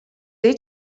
dei